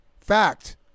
Fact